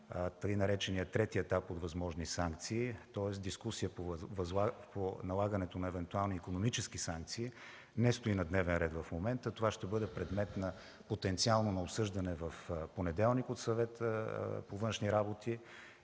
така нареченият трети етап от възможни санкции, тоест дискусия по налагането на евентуални икономически санкции не стои на дневен ред в момента. Това ще бъде предмет на потенциално обсъждане в понеделник от Съвета по външни работи